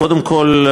קודם כול,